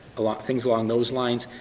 ah like things along those lines,